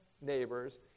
neighbors